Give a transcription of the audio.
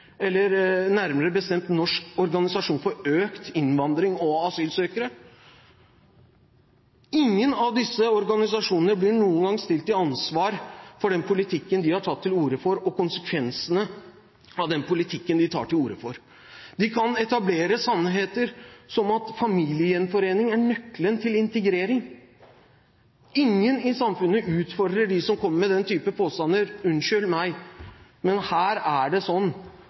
eller nærmere bestemt «Norsk organisasjon for økt innvandring og asylsøkere». Ingen av disse organisasjonene blir noen gang stilt til ansvar for den politikken de har tatt til orde for, og konsekvensene av den politikken de tar til orde for. De kan etablere sannheter som at familiegjenforening er nøkkelen til integrering. Ingen i samfunnet utfordrer dem som kommer med den typen påstander. Unnskyld meg, men her er det sånn